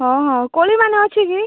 ହଁ ହଁ କୋଳିମାନ ଅଛି କି